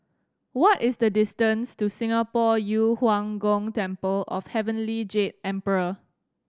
what is the distance to Singapore Yu Huang Gong Temple of Heavenly Jade Emperor